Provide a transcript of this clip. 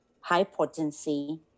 high-potency